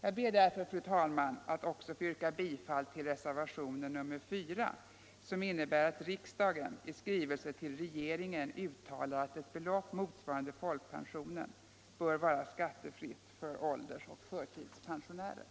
Jag ber därför, fru talman, att också få yrka bifall till reservationen 4 som innebär att riksdagen i skrivelse till regeringen uttalar att ett belopp motsvarande folkpensionen bör vara skattefritt för åldersoch förtidspensionärer.